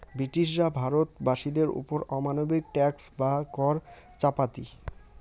ব্রিটিশরা ভারত বাসীদের ওপর অমানবিক ট্যাক্স বা কর চাপাতি